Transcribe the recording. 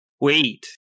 wait